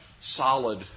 solid